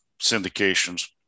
syndications